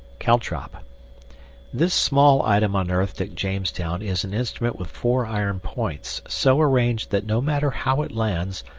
caltrop this small item unearthed at jamestown is an instrument with four iron points, so arranged that no matter how it lands,